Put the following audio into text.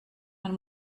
man